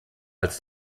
als